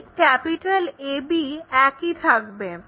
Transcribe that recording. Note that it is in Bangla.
এই AB একই থাকবে